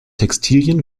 textilien